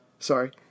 Sorry